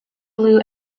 blue